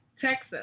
Texas